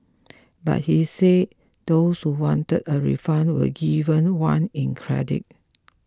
but he said those who wanted a refund were given one in credit